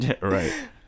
Right